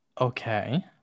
Okay